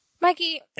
Mikey